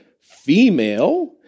female